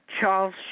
Charles